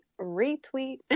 retweet